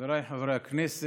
חבריי חברי הכנסת,